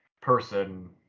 person